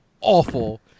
awful